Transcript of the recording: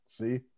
See